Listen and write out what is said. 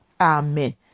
Amen